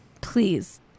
Please